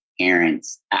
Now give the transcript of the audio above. parents